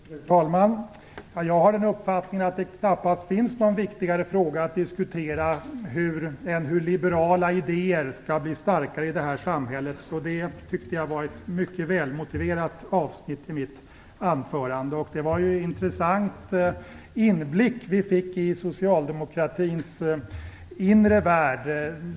Fru talman! Jag har uppfattningen att det knappast finns någon viktigare fråga att diskutera än hur liberala idéer skall bli starkare i det här samhället. Det anser jag var ett mycket välmotiverat avsnitt i mitt anförande. Det var en intressant inblick som vi fick i socialdemokratins inre värld.